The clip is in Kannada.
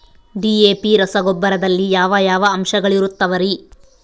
ಡಿ.ಎ.ಪಿ ರಸಗೊಬ್ಬರದಲ್ಲಿ ಯಾವ ಯಾವ ಅಂಶಗಳಿರುತ್ತವರಿ?